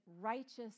righteous